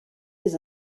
les